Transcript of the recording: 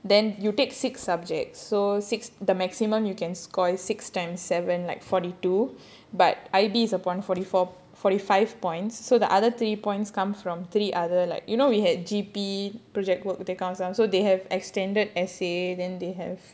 then you take six subjects so six the maximum you can score is six times seven like forty two but I_B is upon forty four forty five points so the other three points comes from three other like you know we had G_P project work that counts ah so they have extended essay then they have